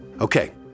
Okay